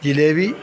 jalebi